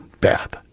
bath